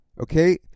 Okay